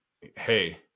hey